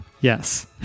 yes